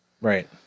Right